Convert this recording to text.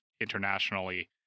internationally